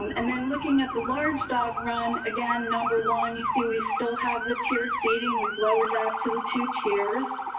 um and then looking at the large dog run again. number one, you see, we still have the tiered seating. we've lowered that to the to tears.